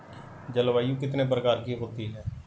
जलवायु कितने प्रकार की होती हैं?